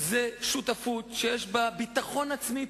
מפלגות הסכימו על חלוקה של סמכויות השלטון ביניהם,